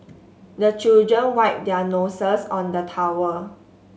the children wipe their noses on the towel